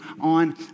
on